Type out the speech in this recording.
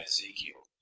Ezekiel